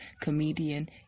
comedian